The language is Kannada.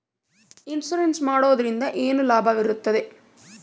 ಇನ್ಸೂರೆನ್ಸ್ ಮಾಡೋದ್ರಿಂದ ಏನು ಲಾಭವಿರುತ್ತದೆ?